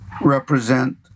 represent